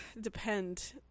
depend